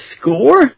score